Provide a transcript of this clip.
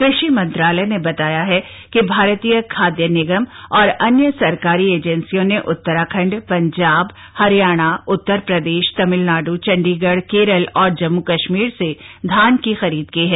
कृषि मंत्रालय ने बताया है कि भारतीय खाद्य निगम और अन्य सरकारी एजेंसियों ने उत्तराखंड पंजाब हरियाणा उत्तर प्रदेश तमिलनाइ चंडीगढ़ केरल और जम्मू कश्मीर से धान की खरीद की है